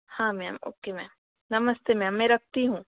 हाँ ma'am okay ma'am नमस्ते ma'am मैं रखती हूँ